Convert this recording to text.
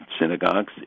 synagogues